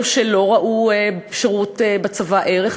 אלה שלא ראו בשירות בצבא ערך,